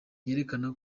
byerekana